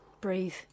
Breathe